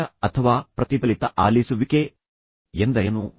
ಸಕ್ರಿಯ ಅಥವಾ ಪ್ರತಿಫಲಿತ ಆಲಿಸುವಿಕೆ ಎಂದರೇನು